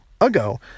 ago